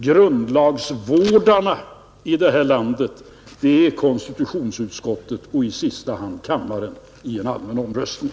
Grundlagsvårdarna i det här landet är konstitutionsutskottet och i sista hand kammaren i en allmän omröstning.